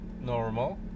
normal